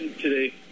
today